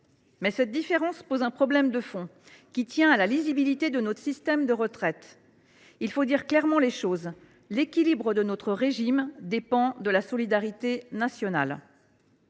Mais cette différence pose un problème de fond, qui tient à la lisibilité de notre système de retraite. Il faut dire les choses clairement : l’équilibre de notre régime dépend de la solidarité nationale.